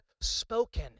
spoken